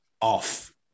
off